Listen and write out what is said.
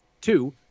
Two